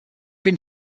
been